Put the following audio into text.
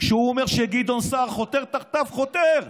כשהוא אומר שגדעון סער חותר תחתיו, חותר.